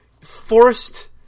forced